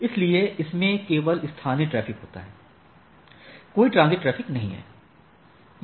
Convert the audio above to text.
इसलिए इसमें केवल स्थानीय ट्रैफ़िक होता है कोई ट्रांज़िट ट्रैफ़िक नहीं है